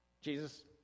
Jesus